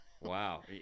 wow